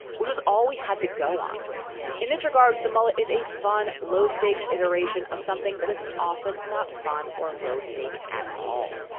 which was all we had to go on in this regard. the mullet is a fun, low stakes iteration of something that is often not fun or low stakes at all.